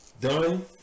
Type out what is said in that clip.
done